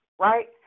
right